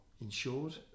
insured